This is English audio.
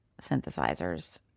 synthesizers